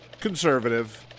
conservative